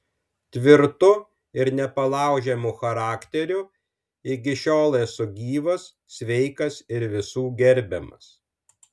tvirtu ir nepalaužiamu charakteriu iki šiol esu gyvas sveikas ir visų gerbiamas